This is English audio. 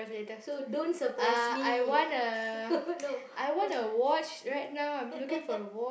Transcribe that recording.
so don't surprise me in no no